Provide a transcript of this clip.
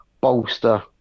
bolster